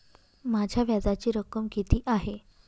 माझ्या व्याजाची रक्कम किती आहे?